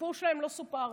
הסיפור שלהם לא סופר.